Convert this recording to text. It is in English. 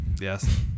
Yes